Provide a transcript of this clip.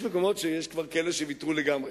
יש מקומות שיש כבר כאלה שוויתרו לגמרי.